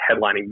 headlining